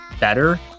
better